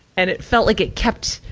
and it felt like it kept,